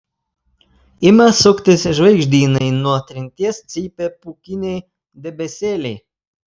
ima suktis žvaigždynai nuo trinties cypia pūkiniai debesėliai